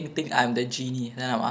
why